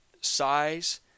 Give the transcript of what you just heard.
size